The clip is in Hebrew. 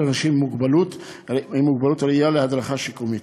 אנשים עם מוגבלות ראייה להדרכה שיקומית,